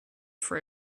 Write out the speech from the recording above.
for